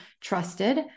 trusted